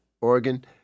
organ